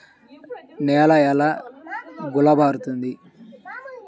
నేల ఎలా గుల్లబారుతుంది?